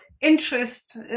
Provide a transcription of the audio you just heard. interest